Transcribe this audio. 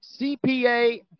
CPA